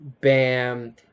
Bam